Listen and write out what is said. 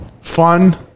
fun